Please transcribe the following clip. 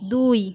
দুই